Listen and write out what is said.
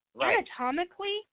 anatomically